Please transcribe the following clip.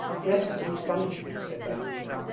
yes, it seems funny to you said vanyusha,